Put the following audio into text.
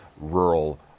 rural